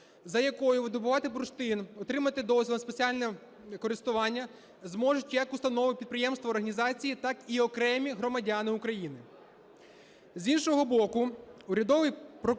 за якою видобувати бурштин, отримати дозвіл спеціального користування зможуть як установи, підприємства, організації, так і окремі громадяни України. З іншого боку, урядовий проект